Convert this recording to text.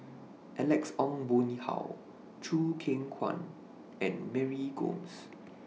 Alex Ong Boon Hau Choo Keng Kwang and Mary Gomes